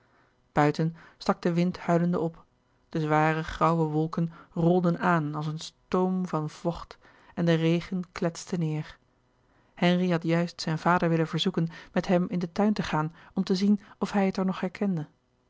buiten stak de wind huilende op de zware grauwe wolken rolden aan als een stoom van vocht en de regen kletste neêr henri had juist zijn vader willen verzoeken met hem in den tuin louis couperus de boeken der kleine zielen te gaan om te zien of hij het er nog herkende